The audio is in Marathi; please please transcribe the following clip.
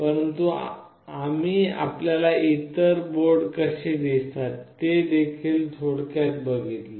परंतु आम्ही आपल्याला इतर बोर्ड कसे दिसतात ते देखील थोडक्यात बघितले